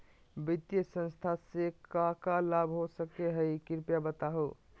वित्तीय संस्था से का का लाभ हो सके हई कृपया बताहू?